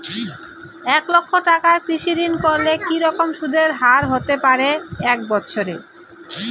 এক লক্ষ টাকার কৃষি ঋণ করলে কি রকম সুদের হারহতে পারে এক বৎসরে?